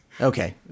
Okay